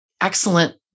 excellent